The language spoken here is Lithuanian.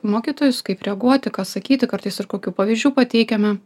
mokytojus kaip reaguoti ką sakyti kartais ir kokių pavyzdžių pateikiame